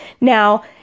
now